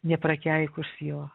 neprakeikus jo